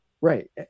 Right